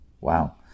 Wow